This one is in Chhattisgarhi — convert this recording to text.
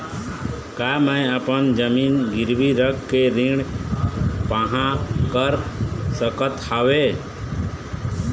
का मैं अपन जमीन गिरवी रख के ऋण पाहां कर सकत हावे?